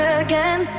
again